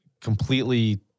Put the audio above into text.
completely